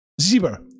zebra